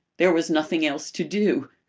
there was nothing else to do.